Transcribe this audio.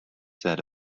said